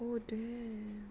oh damn